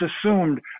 assumed